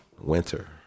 winter